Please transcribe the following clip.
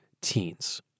teens